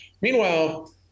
meanwhile